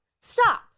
Stop